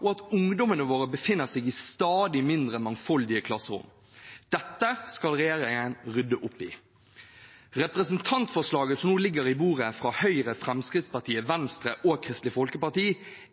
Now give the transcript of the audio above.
og at ungdommene våre befinner seg i stadig mindre mangfoldige klasserom. Dette skal regjeringen rydde opp i. Representantforslaget som nå ligger på bordet fra Høyre, Fremskrittspartiet, Venstre og Kristelig Folkeparti,